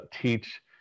teach